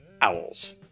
Owls